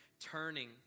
turning